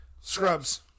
Scrubs